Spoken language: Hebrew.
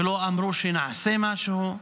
ולא אמרו שנעשה משהו.